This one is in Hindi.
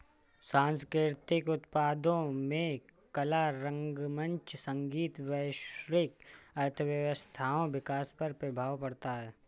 सांस्कृतिक उत्पादों में कला रंगमंच संगीत वैश्विक अर्थव्यवस्थाओं विकास पर प्रभाव पड़ता है